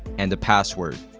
and the password.